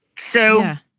so